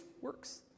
works